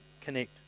connect